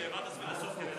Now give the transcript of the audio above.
העברתי את עצמי לסוף כדי,